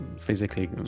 physically